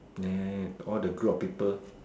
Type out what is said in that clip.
nah all the group of people